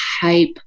hype